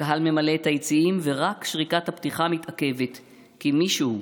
הקהל ממלא את היציעים ורק שריקת הפתיחה מתעכבת כי מישהו,